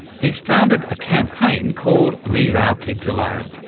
he's founded a campaign called leave our kids alone.